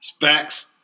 Facts